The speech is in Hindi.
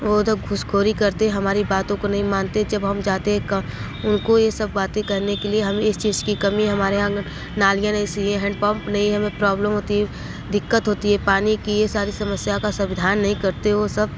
वह तो घूसखोरी करते है हमारी बातों को नहीं मानते जब हम जाते हैं क उनको यह सब बातें कहने के लिए हमें इस चीज़ की कमी हमारे आँगन नालीयाँ नहीं सही है हैंडपम्प नहीं है हमें प्रॉब्लम होती है दिक्कत होती है पानी की यह यह सारी समस्या का समाधान नहीं करते वह सब